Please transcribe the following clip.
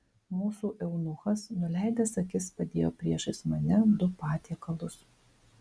mūsų eunuchas nuleidęs akis padėjo priešais mane du patiekalus